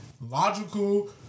logical